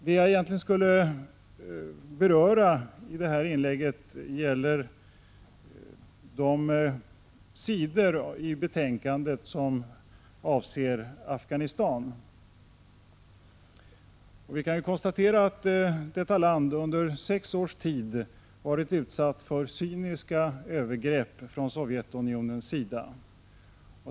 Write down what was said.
Det jag egentligen skulle beröra i det här inlägget gäller de sidor i betänkandet som avser Afghanistan. Vi kan konstatera att detta land under sex års tid har varit utsatt för cyniska övergrepp från Sovjetunionens sida.